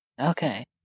okay